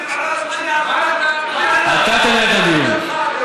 אתה תנהל את הדיון.